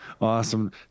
Awesome